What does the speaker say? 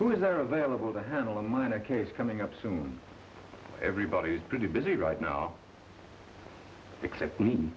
who is there available to handle a minor case coming up soon it's everybody's pretty busy right now except me